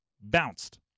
bounced